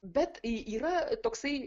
bet yra toksai